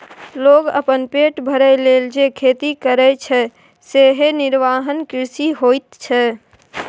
लोक अपन पेट भरय लेल जे खेती करय छै सेएह निर्वाह कृषि होइत छै